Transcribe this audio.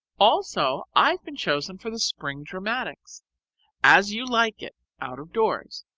also i have been chosen for the spring dramatics as you like it out of doors.